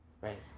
right